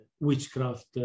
witchcraft